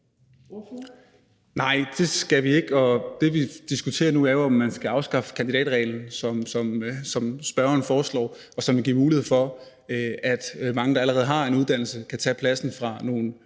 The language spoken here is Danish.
Nej, det skal vi ikke. Og det, vi diskuterer nu, er jo, om man skal afskaffe kandidatreglen, hvad spørgeren foreslår, og som vil give mulighed for, at mange, der allerede har en uddannelse, kan tage pladsen fra nogle